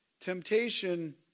Temptation